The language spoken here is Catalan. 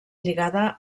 lligada